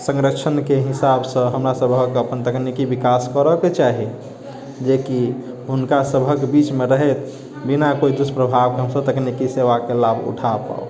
संरक्षणके हिसाबसँ हमरा सभहक अपन तकनीकी विकास करैके चाही जेकि हुनका सभहक बीचमे रहैत बिना कोइ दुष्प्रभावके हम सभ तकनीकी सेवाके लाभ उठा पाउ